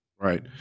Right